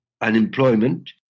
unemployment